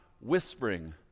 whispering